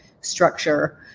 structure